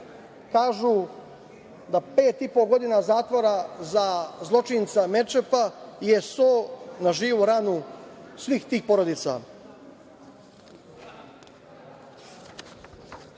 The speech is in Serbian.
kažu da pet i po godina zatvora za zločinca Merčepa je so na živu ranu svih tih porodica. Imamo